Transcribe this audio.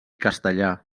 castellà